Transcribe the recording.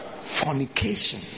fornication